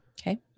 Okay